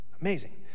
Amazing